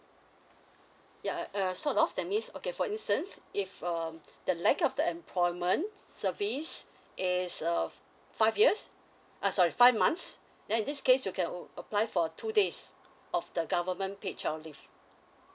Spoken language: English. yeah err sort of that means okay for instance if um the length of the employment service is of five years uh sorry five months then in this case you can apply for two days of the government paid child leave